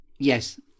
Yes